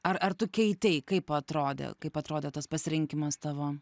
ar ar tu keitei kaip atrodė kaip atrodė tas pasirinkimas tavo